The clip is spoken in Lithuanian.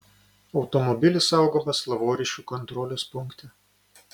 automobilis saugomas lavoriškių kontrolės punkte